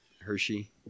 Hershey